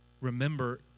Remember